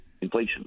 inflation